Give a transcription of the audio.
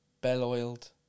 bell-oiled